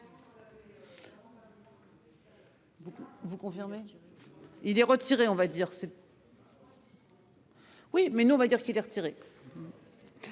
vous confirmez. Il est retiré. On va dire. Bonsoir. Oui mais nous on va dire qu'il est retiré.